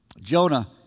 Jonah